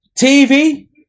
TV